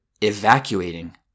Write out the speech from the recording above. evacuating